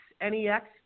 N-E-X